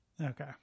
Okay